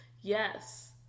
yes